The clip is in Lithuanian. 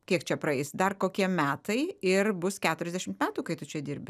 kiek čia praeis dar kokie metai ir bus keturiasdešimt metų kai tu čia dirbi